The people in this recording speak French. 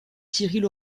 cyril